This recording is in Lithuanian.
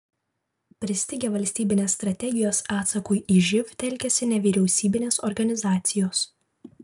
pristigę valstybinės strategijos atsakui į živ telkiasi nevyriausybinės organizacijos